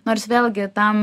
nors vėlgi tam